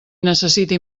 necessiti